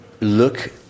look